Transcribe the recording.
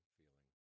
feeling